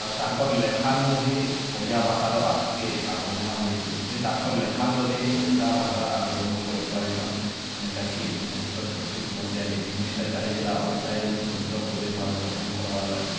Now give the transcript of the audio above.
ଆର୍ ତାଙ୍କର୍ ଲେଖାନୁ ହିଁ ଓଡ଼ିଆ ଭାଷାର ଆଗ୍କେ ଆଗମନ ହେଇଚି ସେ ତାଙ୍କର୍ ଲେଖା ବଲରେ ହିଁ ଓଡ଼ିଶା ଭାଷାର ଆନ୍ଦୋଳନ କରି ପାରିଛନ୍ ଯେନ୍ଟା କି ଉନେଇଶି ଶହ ଛତିଶ୍ ମସିହାରେ ଏଇ ଜିନିଷ୍ଟା ଚାଲିଥିଲା ଓଡ଼ିଶା ଓଡ଼ିଶା ସ୍ୱତନ୍ତ୍ର ପ୍ରଦେଶ୍ ଭାବେ ଗଠନ କର୍ବାର୍ ଲାଗି